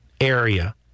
area